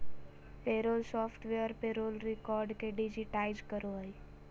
payroll software payroll record के digitise करो हइ